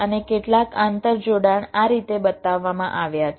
અને કેટલાક આંતરજોડાણ આ રીતે બતાવવામાં આવ્યા છે